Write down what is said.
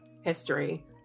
history